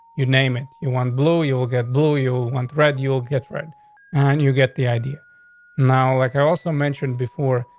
you name it. you want blue, you'll get blue. you one thread, you'll get read on. and you get the idea now, like i also mentioned before,